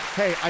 hey